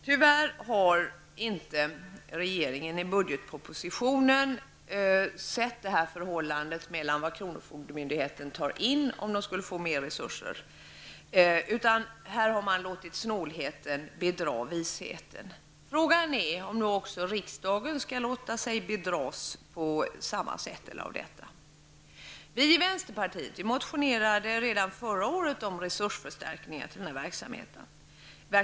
Tyvärr har regeringen i budgetpropositionen inte sett det här förhållandet och beaktat vad kronofogdemyndigheten skulle ta in om den skulle få mera resurser. Här har man i stället låtit snålheten bedra visheten. Frågan är om också riksdagen skall låta sig bedras på samma sätt. Vänsterpartiet motionerade redan förra året om resursförstärkning till den här verksamheten.